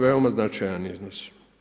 Veoma značajan iznos.